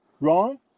wrong